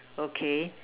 okay